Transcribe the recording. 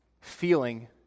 feeling